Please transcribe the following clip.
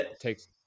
takes